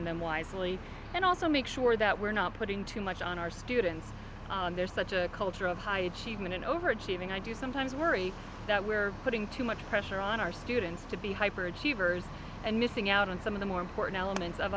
in them wisely and also make sure that we're not putting too much on our students there's such a culture of high achievement and overachieving i do sometimes worry that we're putting too much pressure on our students to be hyper achievers and missing out on some of the more important elements of